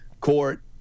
court